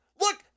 look